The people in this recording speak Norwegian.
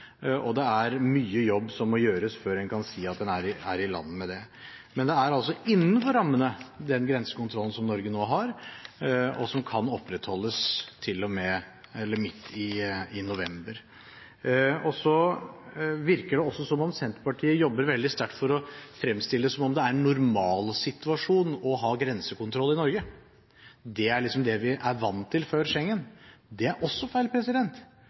og det er mye jobb som må gjøres før en kan si at en er i land med det. Men den er altså innenfor rammene, den grensekontrollen som Norge nå har, og som kan opprettholdes til midt i november. Så virker det også som om Senterpartiet jobber veldig sterkt for å fremstille det som om det er en normalsituasjon å ha grensekontroll i Norge, det er liksom det vi er vant til, før Schengen. Det er også feil.